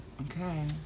okay